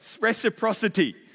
reciprocity